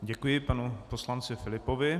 Děkuji panu poslanci Filipovi.